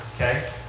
okay